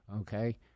okay